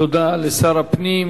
תודה לשר הפנים.